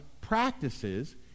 practices